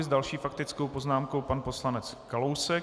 S další faktickou poznámkou pan poslanec Kalousek.